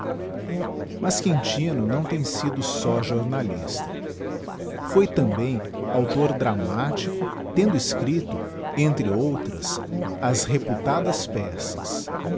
mas quintino não tem sido só jornalista foi também auctor dramático tendo escripto entre outras as reputadas peças